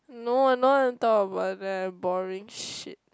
no I don't want to talk about that boring shit